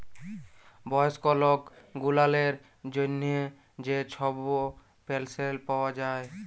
বয়স্ক লক গুলালের জ্যনহে যে ছব পেলশল পাউয়া যায়